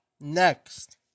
Next